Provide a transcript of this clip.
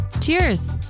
Cheers